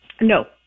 No